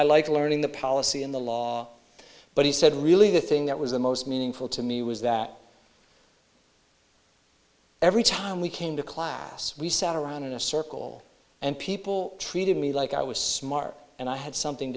i like learning the policy in the law but he said really the thing that was the most meaningful to me was that every time we came to class we sat around in a circle and people treated me like i was smart and i had something